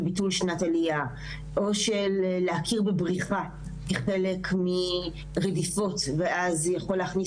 של ביטול שנת עלייה או של להכיר בבריחה כחלק מרדיפות ואז זה יכול להכניס